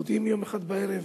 מודיעים יום אחד בערב,